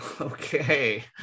Okay